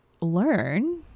learn